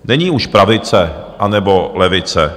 Není už pravice nebo levice.